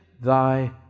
Thy